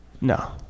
No